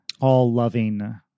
all-loving